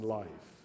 life